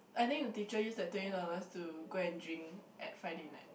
I think the teacher use the twenty dollars to go and drink at Friday night